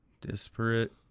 disparate